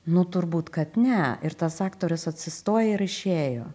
nu turbūt kad ne ir tas aktorius atsistojo ir išėjo